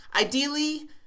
ideally